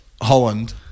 Holland